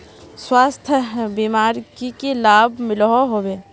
स्वास्थ्य बीमार की की लाभ मिलोहो होबे?